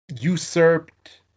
usurped